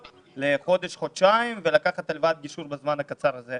למשך חודש-חודשיים ולקחת הלוואת גישור בזמן הקצר הזה.